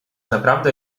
naprawdę